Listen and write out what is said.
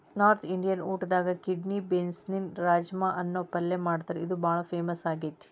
north Indian ಊಟದಾಗ kidney ಬೇನ್ಸ್ನಿಂದ ರಾಜ್ಮಾ ಅನ್ನೋ ಪಲ್ಯ ಮಾಡ್ತಾರ ಇದು ಬಾಳ ಫೇಮಸ್ ಆಗೇತಿ